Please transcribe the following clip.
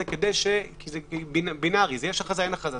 כי זה בינארי: יש הכרזה או אין הכרזה.